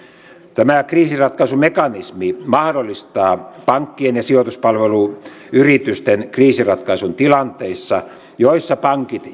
tämä kriisinratkaisumekanismi mahdollistaa pankkien ja sijoituspalveluyritysten kriisinratkaisun tilanteissa joissa pankit